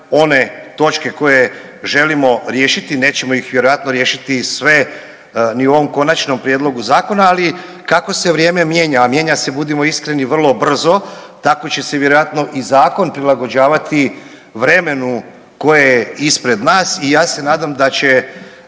one točke koje želimo riješiti nećemo ih vjerojatno riješiti sve ni u ovom konačnom prijedlogu zakona, ali kako se vrijeme mijenja, a mijenja se budimo iskreni vrlo brzo tako će se vjerojatno i zakon prilagođavati vremenu koje je ispred nas i ja se nada da će,